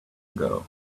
ago